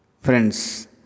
Friends